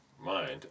mind